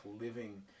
living